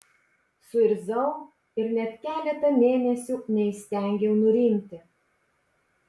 suirzau ir net keletą mėnesių neįstengiau nurimti